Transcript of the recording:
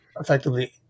effectively